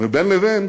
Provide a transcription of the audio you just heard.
ובין לבין